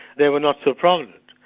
they were not so prominent.